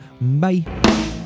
Bye